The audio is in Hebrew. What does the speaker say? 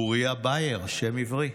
אוריה באייר, שם עברי,